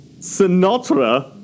Sinatra